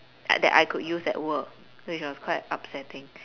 that I could use at work which was quite upsetting